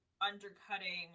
undercutting